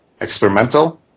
experimental